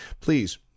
please